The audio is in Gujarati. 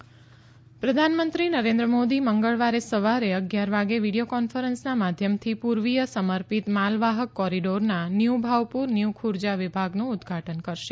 પ્રધાનમંત્રી માલવાહક કોરીડોર પ્રધાનમંત્રી નરેન્દ્ર મોદી મંગળવારે સવારે અગીયાર વાગે વીડીયો કોન્ફરન્સના માધ્યમથી પુર્વીય સમર્પિત માલવાહક કોરીડોરના ન્યુ ભાઉપુર ન્યુ ખુર્જા વિભાગનું ઉદઘાટન કરશે